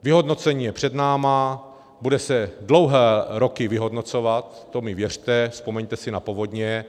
Vyhodnocení je před námi, bude se dlouhé roky vyhodnocovat, to mi věřte, vzpomeňte si na povodně.